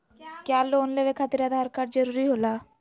क्या लोन लेवे खातिर आधार कार्ड जरूरी होला?